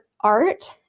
art